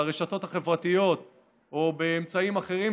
על הרשתות החברתיות או באמצעים אחרים,